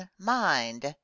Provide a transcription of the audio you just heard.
mind